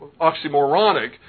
oxymoronic